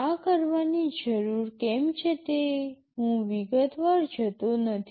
આ કરવાની જરૂરિયાત કેમ છે તે હું વિગતવાર જતો નથી